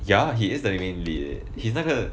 ya he is the main lead he's 那个